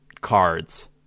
cards